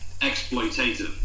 exploitative